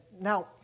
Now